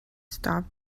stop